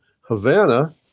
Havana